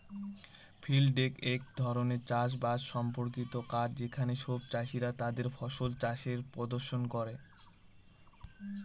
field day এক ধরনের চাষ বাস সম্পর্কিত কাজ যেখানে সব চাষীরা তাদের ফসল চাষের প্রদর্শন করে